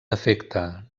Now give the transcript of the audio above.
defecte